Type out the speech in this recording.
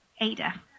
Ada